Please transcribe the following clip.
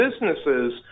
businesses